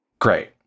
Great